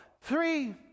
Three